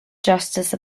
justice